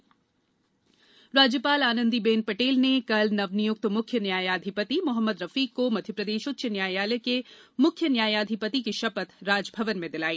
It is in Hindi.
न्यायाधिपति शपथ राज्यपाल श्रीमती आनंदीबेन पटेल ने कल नवनियुक्त मुख्य न्यायाधिपति मोहम्मद रफीक को मध्यप्रदेश उच्च न्यायालय के मुख्य न्यायाधिपति की शपथ राजभवन में दिलाई